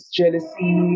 jealousy